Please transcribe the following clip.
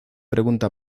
pregunta